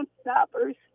Stoppers